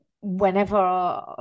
whenever